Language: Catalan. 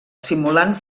simulant